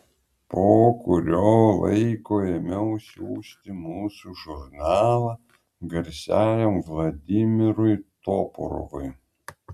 po kurio laiko ėmiau siųsti mūsų žurnalą garsiajam vladimirui toporovui